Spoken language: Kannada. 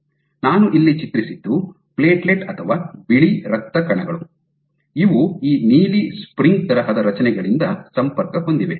ನಾನು ಇಲ್ಲಿ ಚಿತ್ರಿಸಿದ್ದು ಪ್ಲೇಟ್ಲೆಟ್ ಅಥವಾ ಬಿಳಿ ರಕ್ತ ಕಣಗಳು ಇವು ಈ ನೀಲಿ ಸ್ಪ್ರಿಂಗ್ ತರಹದ ರಚನೆಗಳಿಂದ ಸಂಪರ್ಕ ಹೊಂದಿವೆ